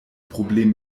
problem